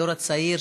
הדור הצעיר,